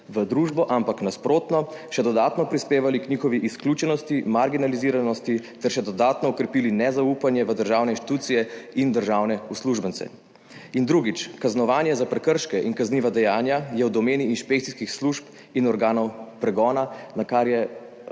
v družbo, ampak nasprotno, še dodatno prispevali k njihovi izključenosti, marginaliziranosti ter še dodatno okrepili nezaupanje v državne institucije in državne uslužbence. In drugič, kaznovanje za prekrške in kazniva dejanja je v domeni inšpekcijskih služb in organov pregona, na kar je